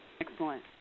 Excellent